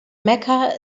mecca